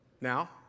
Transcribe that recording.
Now